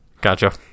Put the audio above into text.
Gotcha